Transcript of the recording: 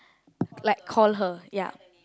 like call her ya